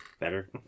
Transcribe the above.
better